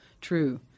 true